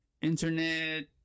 internet